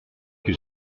que